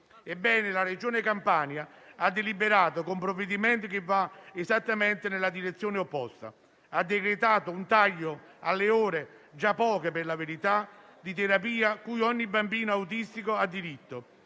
Ebbene, la Regione Campania ha deliberato un provvedimento che va esattamente nella direzione opposta: ha decretato un taglio alle ore (già poche, per la verità) di terapia cui ogni bambino autistico ha diritto.